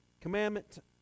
Commandment